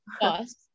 bus